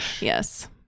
Yes